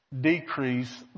decrease